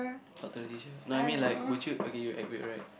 talk to the teacher no I mean like would you okay you will act weird right